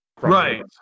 Right